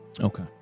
Okay